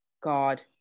God